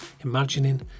imagining